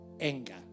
anger